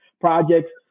projects